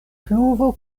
pluvo